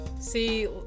see